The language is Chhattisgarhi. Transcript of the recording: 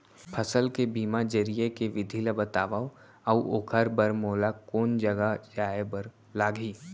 फसल के बीमा जरिए के विधि ला बतावव अऊ ओखर बर मोला कोन जगह जाए बर लागही?